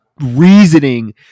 reasoning